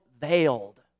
veiled